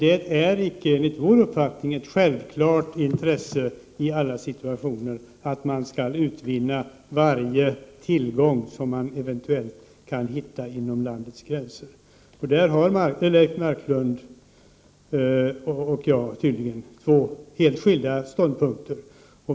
Fru talman! Enligt vår uppfattning är det icke ett självklart intresse i alla situationer att man skall utvinna varje tillgång som man eventuellt kan finna inom landets gränser. Där intar Leif Marklund och jag tydligen två helt skilda ståndpunkter.